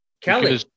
Kelly